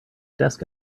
desk